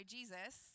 Jesus